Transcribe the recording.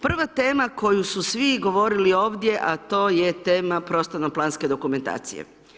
Prva tema koju su svi govorili ovdje, a to je tema prostorno-planske dokumentacije.